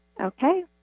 Okay